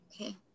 Okay